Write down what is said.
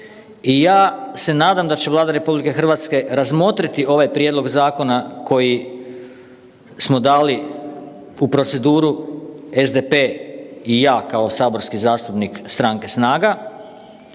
i ja se nadam da će Vlada RH razmotriti ovaj prijedlog zakona koji smo dali u proceduru SDP i ja kao saborski zastupnik stranke SNAGA.